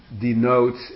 denotes